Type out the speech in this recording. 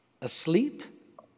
Asleep